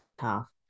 half